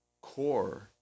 core